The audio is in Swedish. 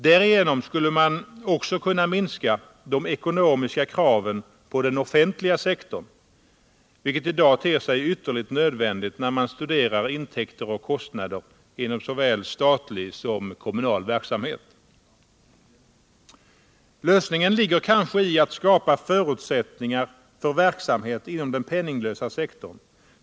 Därigenom skulle man också kunna minska de ekonomiska kraven på den offentliga sektorn, vilket i dag ter sig ytterligt nödvändigt när man studerar intäkter och kostnader inom såväl statlig som kommunal verksamhet. Lösningen ligger kanske i att skapa förutsättningar för verksamhet inom den penninglösa sektorn.